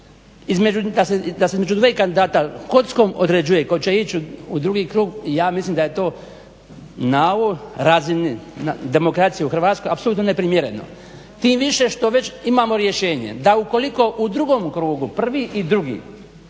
kad se između dvoje kandidata kockom određuje tko će ići u drugi krug, ja mislim da je to ovoj razini demokracije u Hrvatskoj apsolutno neprimjereno. Tim više što već imamo rješenje da ukoliko u drugom krugu prvi i drugi